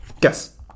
Guess